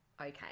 okay